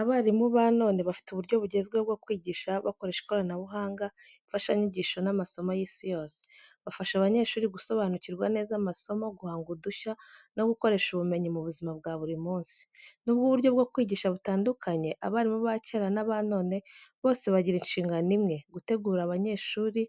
Abarimu ba none bafite uburyo bugezweho bwo kwigisha, bakoresha ikoranabuhanga, imfashanyigisho n’amasomo y’isi yose. Bafasha abanyeshuri gusobanukirwa neza amasomo, guhanga udushya no gukoresha ubumenyi mu buzima bwa buri munsi. Nubwo uburyo bwo kwigisha butandukanye, abarimu ba kera n’aba none bose bagira inshingano imwe, gutegura abanyeshuri